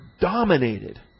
dominated